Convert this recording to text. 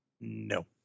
no